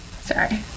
sorry